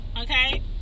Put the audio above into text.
okay